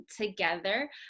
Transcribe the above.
together